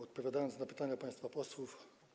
Odpowiadając na pytania państwa posłów.